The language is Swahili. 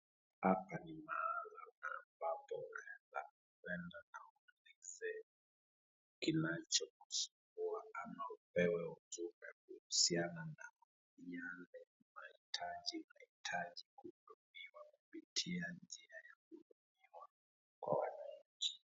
Hapa ni mahala ambapo unaenda na elezee kinachokusumbua au upewe hotuba kuhusiana na yale mahitaji unahitaji kutumiwa kupitia njia ya kuhudumiwa kwa wananchi.